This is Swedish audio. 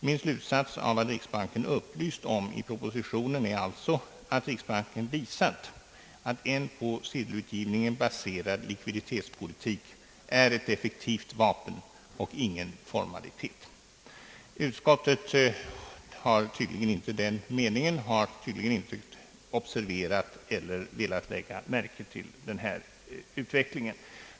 Min slutsats av vad riksbanken upplyst om i propositionen är alltså att riksbanken visat att en på sedelutgivningen baserad likviditetspolitik är ett effektivt vapen och ingen formalitet. Utskottet har tydligen inte den meningen. Det har tydligen inte lagt märke till redovisningen för denna utveckling.